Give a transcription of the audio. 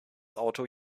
auto